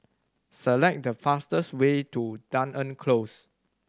select the fastest way to Dunearn Close